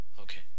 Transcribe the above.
okay